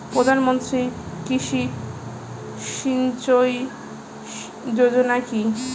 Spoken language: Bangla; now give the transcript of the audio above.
প্রধানমন্ত্রী কৃষি সিঞ্চয়ী যোজনা কি?